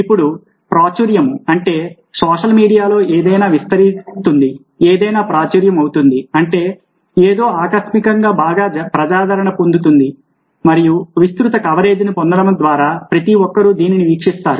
ఇప్పుడు ప్రాచుర్యము అంటే సోషల్ మీడియాలో ఏదైనా విస్తరిస్తుంది ఏదైనా ప్రాచుర్యము అవుతుంది అంటే ఏదో అకస్మాత్తుగా బాగా ప్రజాదరణ పొందుతుంది మరియు విస్తృత కవరేజ్ని పొందడం ద్వారా ప్రతి ఒక్కరూ దీన్ని వీక్షించారు